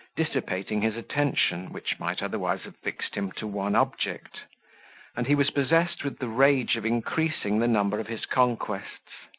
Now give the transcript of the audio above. dissipating his attention, which might otherwise have fixed him to one object and he was possessed with the rage of increasing the number of his conquests.